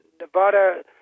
Nevada